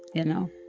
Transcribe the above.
you know?